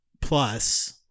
plus